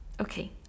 Okay